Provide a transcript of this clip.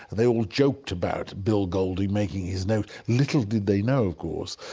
they all joked about bill golding making his notes. little did they know, of course,